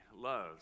loves